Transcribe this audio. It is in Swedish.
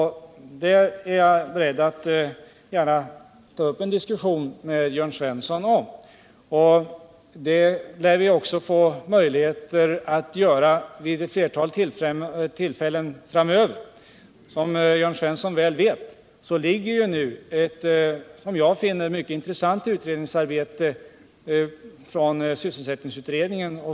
Det är jag beredd att ta upp en diskussion med Jörn Svensson om. Det lär vi också få möjligheter att göra vid ett flertal tillfällen framöver. Som Jörn Svensson väl vet föreligger nu ett utredningsbetänkande från sysselsättningsutredningen, som jag finner mycket intressant.